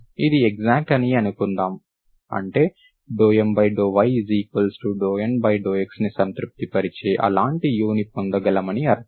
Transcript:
ఇది ఎక్సాక్ట్ అని అనుకుందాం అంటే ∂M∂y∂N∂x ని సంతృప్తి పరిచే అలాంటి u ను పొందగలమని అర్థం